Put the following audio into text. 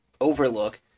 overlook